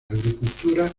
agricultura